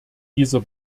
dieser